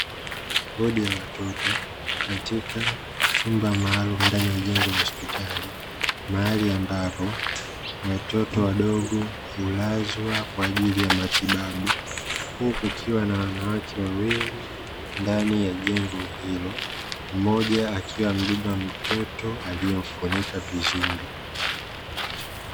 Wodi ya watoto, katika chumba maalumu ndani ya jengo la hospitali. Mahali ambapo watoto wadogo hulazwa kwa ajili ya matibabu huku kukiwa na wanawake wawili ndani ya jengo hilo. Mmoja akiwa amebeba mtoto aliyemfunika vizuri.